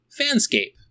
Fanscape